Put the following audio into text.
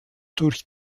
durch